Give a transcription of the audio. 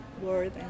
word